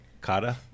Kata